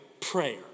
prayer